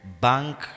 bank